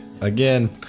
again